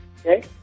Okay